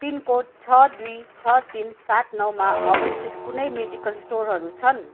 pin code छ दुई छ तिन सात नौमा अवस्थित कुनै मेडिकल स्टोरहरू छन्